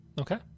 Okay